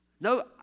No